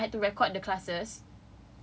and then I had to record the classes